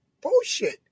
Bullshit